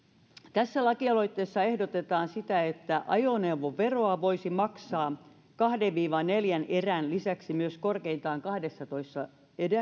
tässä lakialoitteessa ehdotetaan että ajoneuvoveroa voisi maksaa kahden neljän erän lisäksi myös korkeintaan kahdessatoista